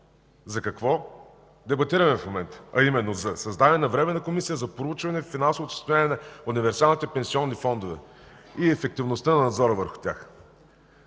за какво дебатираме в момента, а именно за създаване на Временна комисия за проучване финансовото състояние на универсалните пенсионни фондове и ефективността на надзора върху тях.